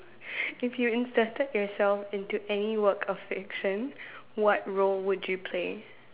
if you inserted yourself into any work of fiction what role would you play